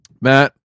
Matt